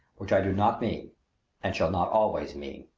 which i do not mean and shall not always mean.